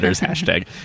hashtag